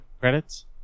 credits